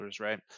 right